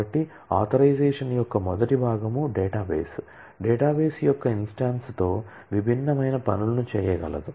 కాబట్టి ఆథరైజషన్ యొక్క మొదటి భాగం డేటాబేస్ డేటాబేస్ యొక్క ఇన్స్టాన్స్ తో విభిన్నమైన పనులను చేయగలదు